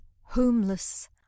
homeless